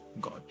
God